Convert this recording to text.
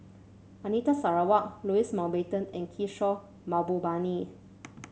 Anita Sarawak Louis Mountbatten and Kishore Mahbubani